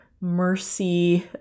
mercy